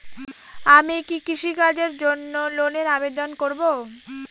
আমি কি কৃষিকাজের জন্য লোনের আবেদন করব?